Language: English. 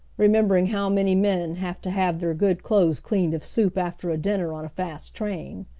remembering how many men have to have their good clothes cleaned of soup after a dinner on a fast train.